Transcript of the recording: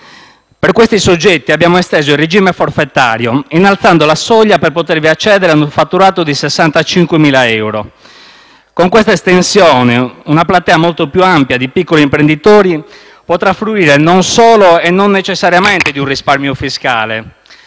per questi soggetti abbiamo esteso il regime forfettario, innalzando la soglia per potervi accedere a un fatturato di 65.000 euro. Con questa estensione una platea molto più ampia di piccoli imprenditori potrà fruire non solo e non necessariamente di un risparmio fiscale,